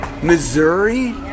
Missouri